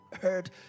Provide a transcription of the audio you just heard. heard